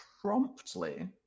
promptly